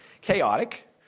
chaotic